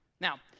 now